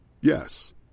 Yes